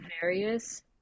various